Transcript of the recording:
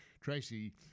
tracy